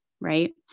Right